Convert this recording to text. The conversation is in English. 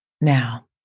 Now